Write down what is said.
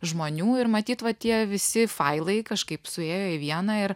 žmonių ir matyt va tie visi failai kažkaip suėjo į vieną ir